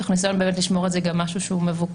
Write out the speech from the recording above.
תוך ניסיון לשמור על זה באמת כמשהו שהוא מבוקר,